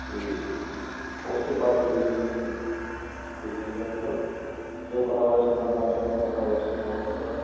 ਤਾਂ ਉਸੇ ਪਾਸੇ ਹੀ ਉਹਨੂੰ ਭੇਜਿਆ ਜਾਵੇਗਾ ਜੇ ਉਹ ਕਥਾਵਾਚਕ ਬਣਨਾ ਚਾਹੁੰਦਾ ਕਥਾਵਾਚਕ ਬਣ ਸਕਦਾ